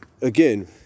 again